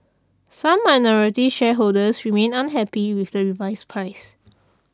some minority shareholders remain unhappy with the revised price